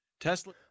Tesla